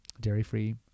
dairy-free